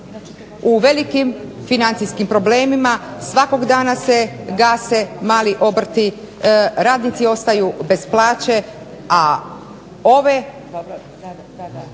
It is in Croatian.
u velikim financijskim problemima, svakog dana se gase mali obrti, radnici ostaju bez plaće a ove